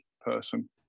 person